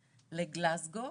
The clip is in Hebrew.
לגלזגו,